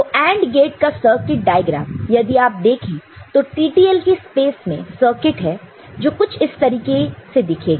तो AND gate का circuit diagram यदि आप देखें तो TTL के स्पेस मे सर्किट है जो कुछ इस तरीके से दिखेगा